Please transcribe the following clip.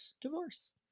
divorce